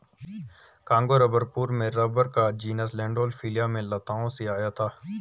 Congo rubber पूर्व में rubber का जीनस लैंडोल्फिया में लताओं से आया था